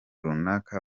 runaka